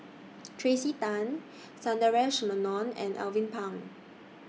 Tracey Tan Sundaresh Menon and Alvin Pang